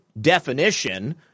definition